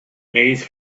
maze